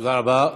תודה רבה.